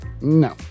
no